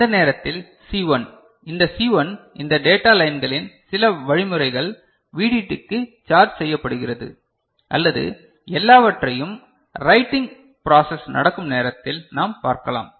அந்த நேரத்தில் சி 1 இந்த சி 1 இந்த டேட்டா லைன்களின் சில வழிமுறைகள் VDDக்கு சார்ஜ் செய்யப்படுகிறது அல்லது எல்லாவற்றையும் ரைடிங் ப்ராசெஸ் நடக்கும் நேரத்தில் நாம் பார்க்கலாம்